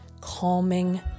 calming